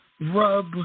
rub